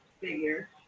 figure